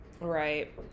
Right